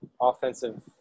offensive